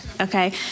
okay